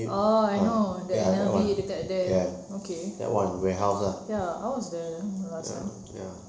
oh I know the N_L_B the dekat there okay ya I was there last time